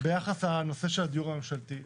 ביחס לנושא של הדיור הממשלתי.